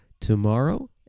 tomorrow